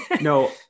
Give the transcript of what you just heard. no